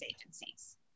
agencies